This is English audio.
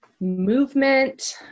movement